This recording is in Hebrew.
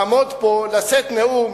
לעמוד פה, לשאת נאום